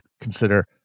consider